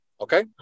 Okay